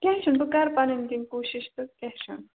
کیٚنٛہہ چھُنہٕ بہٕ کَرٕ پَنٕنۍ کوٗشِش تہٕ کیٚنٛہہ چھُنہٕ